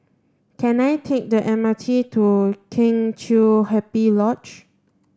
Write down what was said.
can I take the M R T to Kheng Chiu Happy Lodge